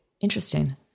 Interesting